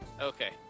Okay